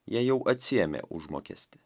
jie jau atsiėmė užmokestį